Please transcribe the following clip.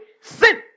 sin